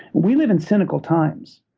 we live in cynical times.